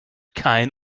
kein